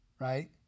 right